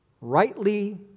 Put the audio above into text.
rightly